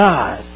God